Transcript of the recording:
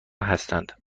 هستند